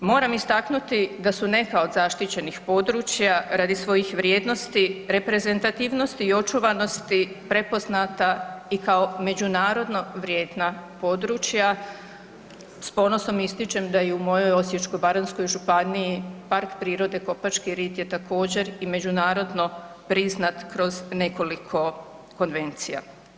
Moram istaknuti da su neka od zaštićenih područja radi svojih vrijednosti, reprezentativnosti i očuvanosti prepoznata i kao međunarodno vrijedna područja, s ponosom ističem da je i u mojoj Osječko-baranjskoj županiji PP Kopački Rit je također, i međunarodno priznat kroz nekoliko konvencija.